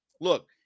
Look